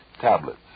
Tablets